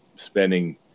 spending